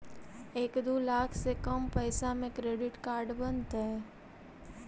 एक दू लाख से कम पैसा में क्रेडिट कार्ड बनतैय?